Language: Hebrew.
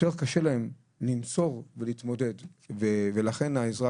יותר קשה להם לנצור ולהתמודד ולכן העזרה